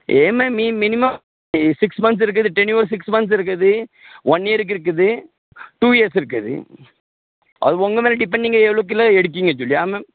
EMI மி minimum six months இருக்கு tenure six months இருக்குது ஒன் இயருக்கு இருக்குது டூ இயர்ஸ் இருக்குது அது உங்க மேலே டிப்பெ இப்போ நீங்கள் எவ்வளோ எடுக்கிங்க சொல்லி ஆ மேம்